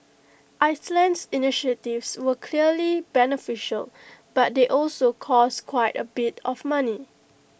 Iceland's initiatives were clearly beneficial but they also cost quite A bit of money